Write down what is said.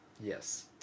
Yes